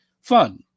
fun